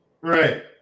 Right